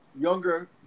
younger